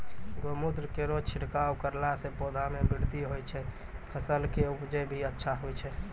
गौमूत्र केरो छिड़काव करला से पौधा मे बृद्धि होय छै फसल के उपजे भी अच्छा होय छै?